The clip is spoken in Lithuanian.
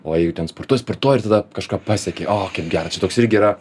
o jei ten sportuoji sportuoji ir tada kažką pasieki o kaip gera čia toks irgi yra